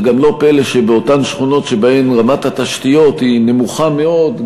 זה גם לא פלא שבאותן שכונות שבהן רמת התשתיות נמוכה מאוד,